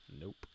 Nope